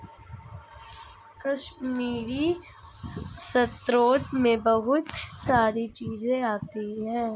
कश्मीरी स्रोत मैं बहुत सारी चीजें आती है